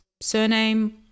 surname